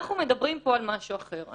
אבל אנחנו מדברים פה על משהו אחר.